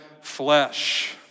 flesh